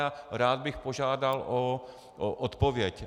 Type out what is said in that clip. A rád bych požádal o odpověď.